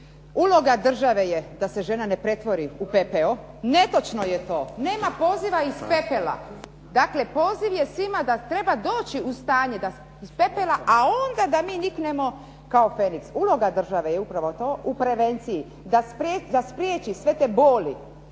Uloga države je da se žena ne pretvori u pepeo. Netočno je to, nema poziva iz pepela, dakle poziv je svima da treba doći u stanje iz pepela, a onda da mi niknemo kao feniks. Uloga države je upravo to u prevenciji da spriječi sve te boli,